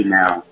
now